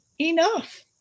enough